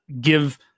give